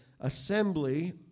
assembly